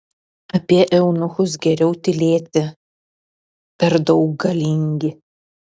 apie eunuchus geriau tylėti per daug galingi